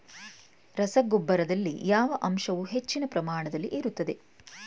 ರಸಗೊಬ್ಬರದಲ್ಲಿ ಯಾವ ಅಂಶವು ಹೆಚ್ಚಿನ ಪ್ರಮಾಣದಲ್ಲಿ ಇರುತ್ತದೆ?